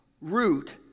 root